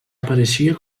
apareixia